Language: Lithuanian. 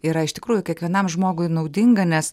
yra iš tikrųjų kiekvienam žmogui naudinga nes